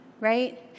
right